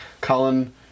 colin